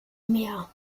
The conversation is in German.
mehr